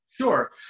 Sure